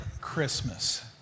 Christmas